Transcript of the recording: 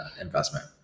investment